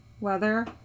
weather